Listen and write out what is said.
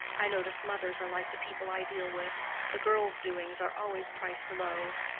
i notice mothers are like the people i deal with the girls' doings are always priced low.